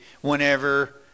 whenever